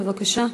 בבקשה.